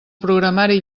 programari